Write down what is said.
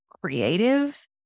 creative